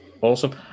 Awesome